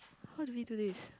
how do we do this